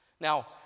Now